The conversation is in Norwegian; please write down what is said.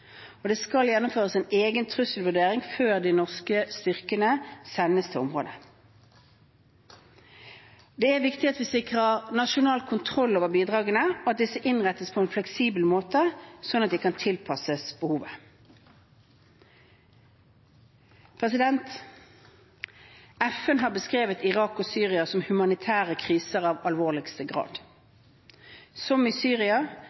Det skal gjennomføres en egen trusselvurdering før de norske styrkene sendes til området. Det er viktig at vi sikrer nasjonal kontroll med bidragene, og at disse innrettes på en fleksibel måte, slik at de kan tilpasses behovet. FN har beskrevet Irak og Syria som humanitære kriser av alvorligste grad. Som i Syria